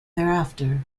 thereafter